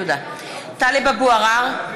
(קוראת בשמות חברי הכנסת) טלב אבו עראר,